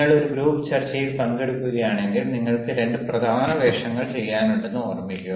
നിങ്ങൾ ഒരു ഗ്രൂപ്പ് ചർച്ചയിൽ പങ്കെടുക്കുകയാണെങ്കിൽ നിങ്ങൾക്ക് രണ്ട് പ്രധാന വേഷങ്ങൾ ചെയ്യാനുണ്ടെന്ന് ഓർമ്മിക്കുക